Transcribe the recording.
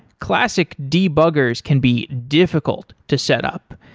classic debuggers can be difficult to set up,